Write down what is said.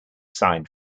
sign